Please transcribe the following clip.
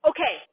Okay